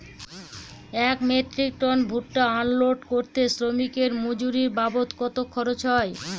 এক metric ton ভুট্টা unload করতে শ্রমিকের মজুরি বাবদ কত খরচ হয়?